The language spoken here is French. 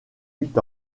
huit